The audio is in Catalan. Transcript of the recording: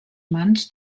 mans